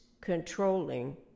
controlling